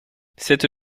cette